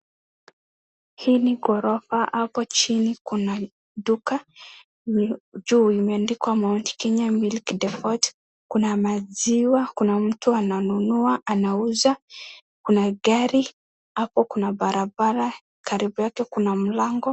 Hii ni ghorofa. Hapo chini kuna duka, juu imeandikwa Mount Kenya Milk Depot. Kuna maziwa, kuna mtu ananunua, anauza, kuna gari, hapo kuna barabara, karibu yake kuna mlango.